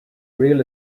real